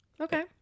Okay